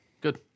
Good